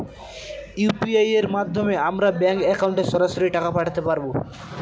UPI এর মাধ্যমে আমরা ব্যাঙ্ক একাউন্টে সরাসরি টাকা পাঠাতে পারবো?